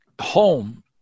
home